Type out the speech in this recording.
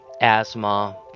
asthma